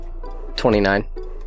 29